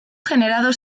generado